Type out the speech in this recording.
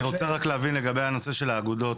אני רוצה רק להבין לגבי הנושא של האגודות.